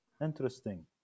interesting